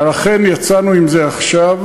אכן, יצאנו עם זה עכשיו,